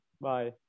bye